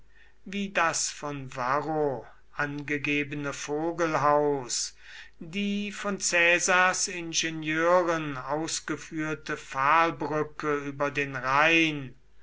wie das von varro angegebene vogelhaus die von caesars ingenieuren ausgeführte pfahlbrücke über den rhein